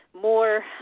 more